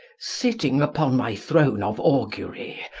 sitting upon my throne of augury,